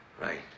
right